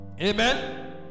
Amen